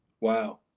wow